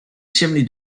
chimney